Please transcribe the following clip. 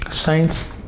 saints